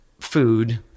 food